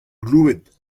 gloued